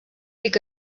dic